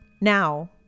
Now